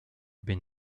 been